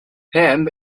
hemp